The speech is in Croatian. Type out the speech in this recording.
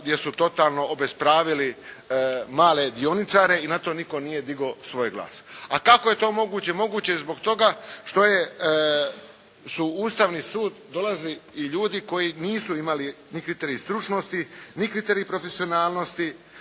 gdje su totalno obespravili male dioničare i na to nitko nije digao svoj glas. A kako je to moguće? Moguće je zbog toga što je, su u Ustavni sud dolazili i ljudi koji nisu imali ni kriterij stručnosti, ni kriterij profesionalnosti,